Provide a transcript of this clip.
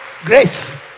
Grace